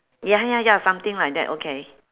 ya ya ya something like that okay